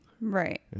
Right